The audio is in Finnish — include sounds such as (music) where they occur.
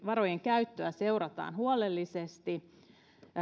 (unintelligible) varojen käyttöä seurataan huolellisesti